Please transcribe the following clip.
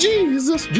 Jesus